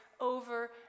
over